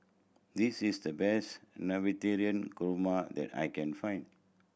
this is the best Navratan Korma that I can find